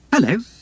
Hello